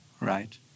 Right